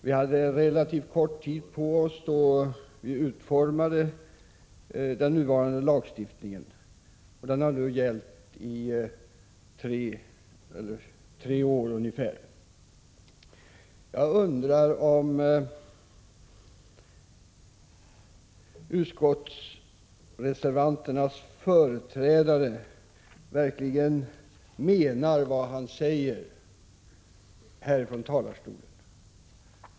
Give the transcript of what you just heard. Vi hade relativt kort tid på oss då vi utformade den nuvarande lagen, som nu har gällt i ungefär tre år. Jag undrar om utskottsreservanternas företrädare verkligen menar vad han säger här från talarstolen.